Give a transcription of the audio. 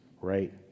right